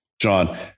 John